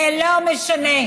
זה לא משנה.